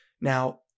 Now